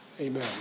amen